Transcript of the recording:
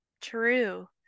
true